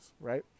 right